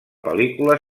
pel·lícula